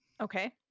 Okay